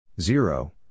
Zero